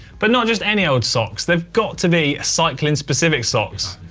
but not just any old socks. they've got to be cycling-specific socks.